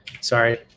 Sorry